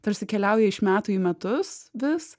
tarsi keliauja iš metų į metus vis